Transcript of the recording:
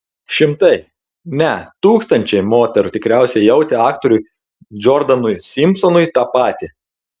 šimtai ne tūkstančiai moterų tikriausiai jautė aktoriui džordanui simpsonui tą patį